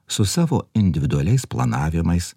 su savo individualiais planavimais